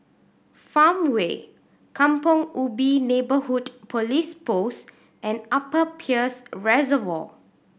Farmway Kampong Ubi Neighbourhood Police Post and Upper Peirce Reservoir